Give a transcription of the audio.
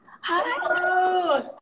Hi